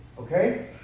okay